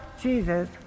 Jesus